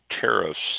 tariffs